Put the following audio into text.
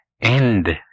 end